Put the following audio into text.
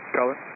Color